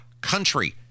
country